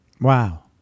Wow